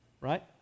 right